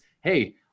hey